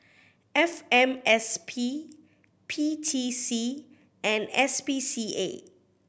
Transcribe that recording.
F M S P P T C and S P C A